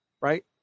Right